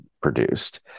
produced